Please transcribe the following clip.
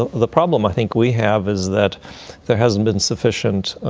the problem, i think, we have is that there hasn't been sufficient